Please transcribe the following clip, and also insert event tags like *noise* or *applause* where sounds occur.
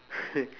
*laughs*